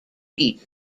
each